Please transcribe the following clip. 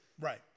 Right